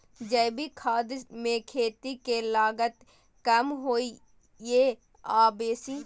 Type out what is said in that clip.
जैविक खाद मे खेती के लागत कम होय ये आ बेसी?